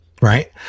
right